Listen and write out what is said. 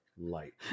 light